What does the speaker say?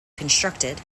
constructed